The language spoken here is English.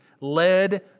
led